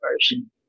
version